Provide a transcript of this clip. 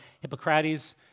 Hippocrates